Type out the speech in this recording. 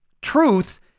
truth